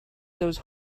those